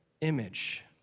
image